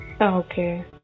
Okay